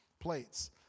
plates